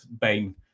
Bain